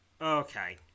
Okay